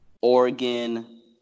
Oregon